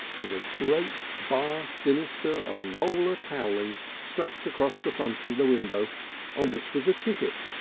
and a great bar sinister of roller towelling stretched across the front of the window on which was a ticket,